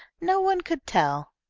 no one could tell.